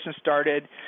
started